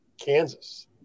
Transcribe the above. Kansas